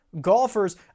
golfers